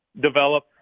develop